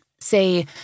say